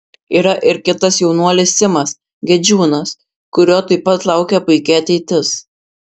yra ir kitas jaunuolis simas gedžiūnas kurio taip pat laukia puiki ateitis